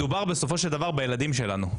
מדובר בסופו של דבר בילדים שלנו,